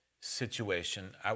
situation